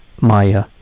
Maya